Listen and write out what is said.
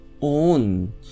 own